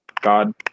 God